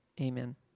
amen